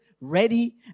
ready